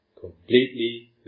completely